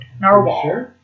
Narwhal